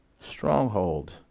stronghold